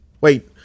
Wait